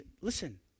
Listen